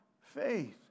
faith